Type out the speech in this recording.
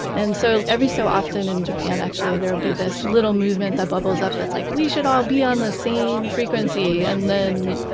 and so, every so often in japan, actually, there will be this little movement that bubbles up that's like, we should all be on the same frequency. and then,